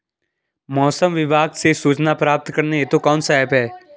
मौसम विभाग से सूचना प्राप्त करने हेतु कौन सा ऐप है?